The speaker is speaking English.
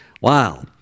Wow